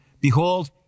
behold